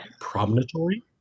promontory